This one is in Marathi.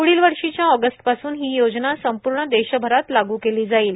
प्ढील वर्षाच्या ऑगस्ट पासून ही योजना संपूर्ण देशभरात लागू केली जाईल